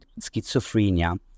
schizophrenia